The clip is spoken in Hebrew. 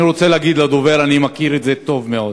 אני רוצה להגיד לדובר: אני מכיר את זה טוב מאוד,